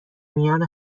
میان